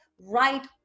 right